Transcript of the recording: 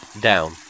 down